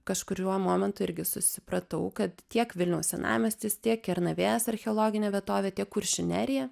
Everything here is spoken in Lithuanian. kažkuriuo momentu irgi susipratau kad tiek vilniaus senamiestis tiek kernavės archeologinė vietovė tiek kuršių nerija